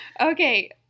Okay